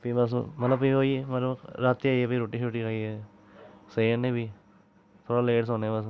फ्ही बस मतलब फिर ओह् गै मतलब रातीं आइयै फिर रुट्टी शूट्टी खाइयै सेई जन्ने फिर थोह्ड़ा लेट सोन्ने बस